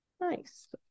nice